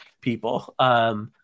people